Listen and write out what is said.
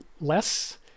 less